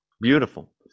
Beautiful